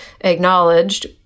acknowledged